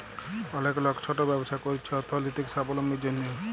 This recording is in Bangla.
অলেক লক ছট ব্যবছা ক্যইরছে অথ্থলৈতিক ছাবলম্বীর জ্যনহে